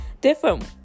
different